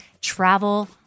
travel